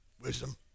wisdom